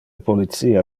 policia